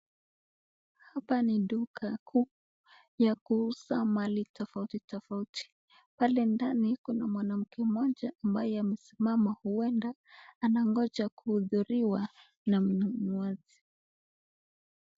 Hapa ni duka kubwa ya kuuza mali tofauti tofauti. Pale ndani kuna mwanamke mmoja ambaye amesimama huenda anangoja kuhudhurwa na mnunuzi.